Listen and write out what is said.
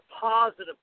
positive